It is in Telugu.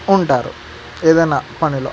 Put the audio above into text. ఉంటారు ఏదైనా పనిలో